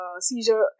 seizure